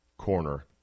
corner